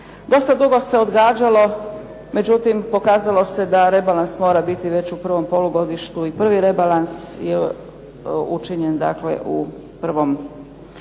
Dosta dugo se odgađalo, međutim pokazalo se da rebalans mora biti već u prvom polugodištu i prvi rebalans je učinjen dakle u prvom,